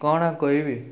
କ'ଣ ଆଉ କହିବି